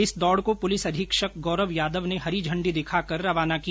इस दौड को पुलिस अधीक्षक गौरव यादव ने हरी झंडी दिखाकर रवाना किया